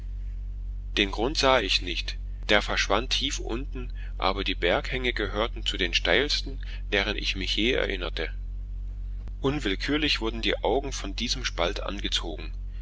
den grund sah ich nicht der verschwand tief unten aber die berghänge gehörten zu den steilsten deren ich mich je erinnerte unwillkürlich wurden die augen von diesem spalt angezogen